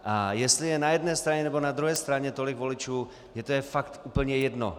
A jestli je na jedné straně nebo na druhé straně tolik voličů, mně je to fakt úplně jedno.